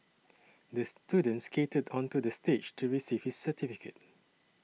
the student skated onto the stage to receive his certificate